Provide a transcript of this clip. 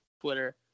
Twitter